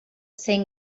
zein